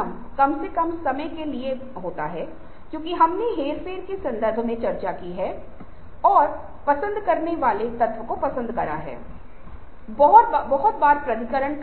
हमारे एक अध्ययन में हमने उल्लेख किया है कि एक व्यक्ति के नवीकरण के चार प्रकार हैं और जब आप नौकरी में प्रवेश करेंगे या पहले से ही यदि आप